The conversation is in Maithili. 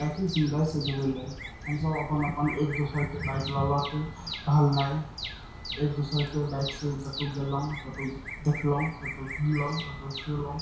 बाइकिंग समुदाय से जुड़ैलए हमसब अपन अपन एक दोसरके बाइक लऽ लऽके टहलनाइ एक दोसरके बाइक से कतहु गेलहुॅं कतौ देखलहुॅं कतौ घुमलहुॅं कतौ फिरलहुॅं